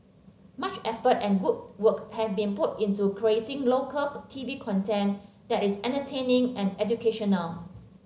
much effort and good work have been put into creating local T V content that is entertaining and educational